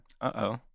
Uh-oh